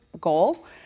goal